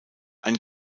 ein